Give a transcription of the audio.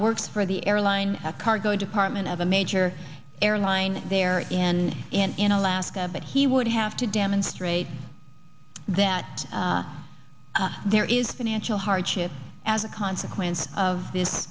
work for the airline a cargo department of a major airline there and in alaska but he would have to demonstrate that there is financial hardship as a consequence of this